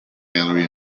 gallery